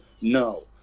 No